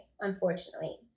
unfortunately